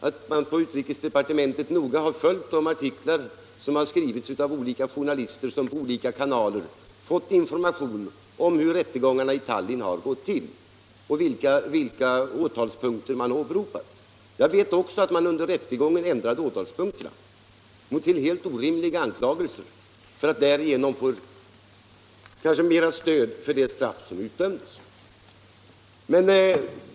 Jag förmodar att utrikesdepartementet noga har följt de artiklar som har skrivits av olika journalister, som via skilda kanaler fått information om hur rättegångarna i Tallinn har gått till och vilka åtalspunkter som åberopats. Jag vet också att åtalspunkterna ändrades under rättegången till helt orimliga anklagelser, kanske för att därigenom ge mera stöd för det straff som sedan utdömdes.